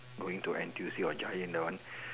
going to N_T_U_C or giant that one